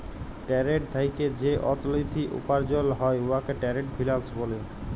trade থ্যাইকে যে অথ্থলিতি উপার্জল হ্যয় উয়াকে টেরেড ফিল্যাল্স ব্যলে